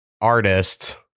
artist